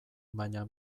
baina